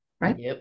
Right